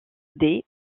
des